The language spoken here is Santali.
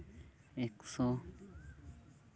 ᱮᱠᱥᱚ